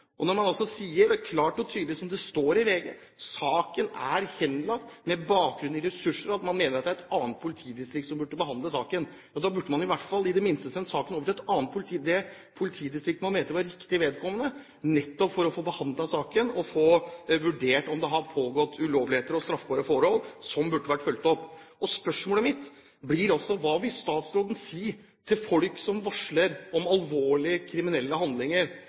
Når man også sier klart og tydelig, som det står i VG, at saken er henlagt på bakgrunn av ressurser, og man mener at et annet politidistrikt burde behandle saken, burde man i hvert fall i det minste sendt saken over til et annet politidistrikt – det politidistriktet som man mente var riktig vedkommende nettopp for å få behandlet saken og for å få vurdert om det har pågått ulovligheter og straffbare forhold som burde ha vært fulgt opp. Spørsmålet mitt blir altså: Hva vil statsråden si til folk som varsler om alvorlige, kriminelle handlinger,